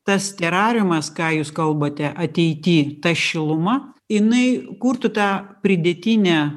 tas terariumas ką jūs kalbate ateity ta šiluma jinai kurtų tą pridėtinę